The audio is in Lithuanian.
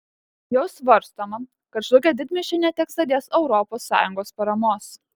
jau svarstoma kad žlugę didmiesčiai neteks dalies europos sąjungos paramos